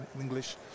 English